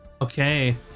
Okay